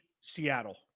Seattle